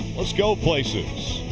let's go places.